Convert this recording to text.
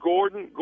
Gordon